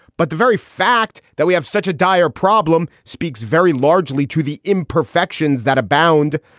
but the very fact that we have such a dire problem speaks very largely to the imperfections that abound.